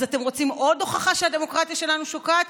אז אתם רוצים עוד הוכחה שהדמוקרטיה שלנו שוקעת?